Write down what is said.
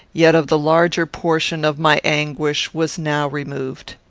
yet of the larger portion, of my anguish, was now removed.